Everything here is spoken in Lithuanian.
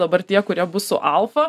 dabar tie kurie bus su alfa